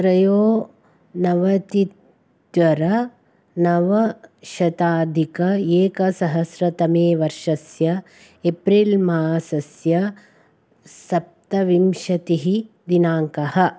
त्रयोनवतित्युत्तरनवशताधिक एकसहस्रतमे वर्षस्य एप्रिल् मासस्य सप्तविंशतिः दिनाङ्कः